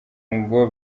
ngo